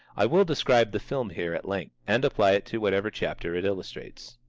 i will describe the film here at length, and apply it to whatever chapters it illustrates.